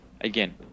again